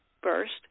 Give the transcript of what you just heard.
first